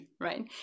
right